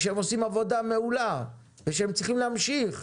הם עושים עבודה מעולה והם צריכים להמשיך,